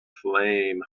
flame